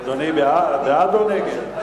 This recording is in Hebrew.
אדוני בעד או נגד?